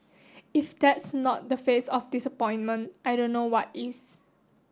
if that's not the face of disappointment I don't know what is